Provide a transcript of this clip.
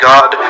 God